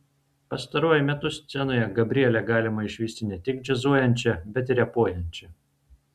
pastaruoju metu scenoje gabrielę galima išvysti ne tik džiazuojančią bet ir repuojančią